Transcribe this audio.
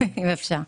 אם אפשר.